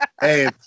Hey